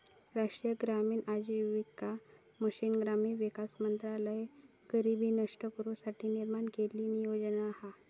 राष्ट्रीय ग्रामीण आजीविका मिशन ग्रामीण विकास मंत्रालयान गरीबी नष्ट करू साठी निर्माण केलेली परियोजना हा